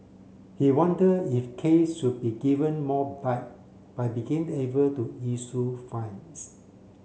he wonder if Case should be given more bite by begin able to issue fines